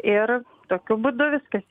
ir tokiu būdu viskas